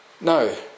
No